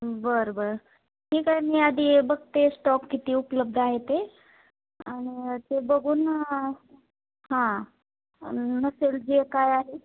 बरं बरं ठीक आहे मी आदी बघते स्टॉक किती उपलब्ध आहे ते आणि ते बघून हां नसेल जे काय आहे